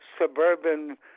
suburban